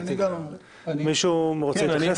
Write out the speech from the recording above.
עוד מישהו רוצה להתייחס?